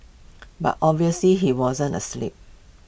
but obviously he wasn't asleep